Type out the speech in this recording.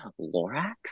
Lorax